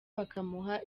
bakamuha